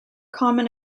common